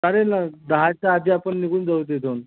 चालेल ना दहाच्या आधी आपण निघून जाऊ तिथून